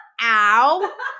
ow